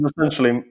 essentially